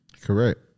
Correct